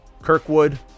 Kirkwood